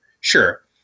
Sure